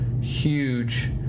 huge